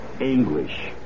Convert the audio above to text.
English